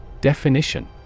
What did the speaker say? Definition